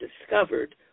discovered